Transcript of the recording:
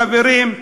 חברים,